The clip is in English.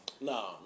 No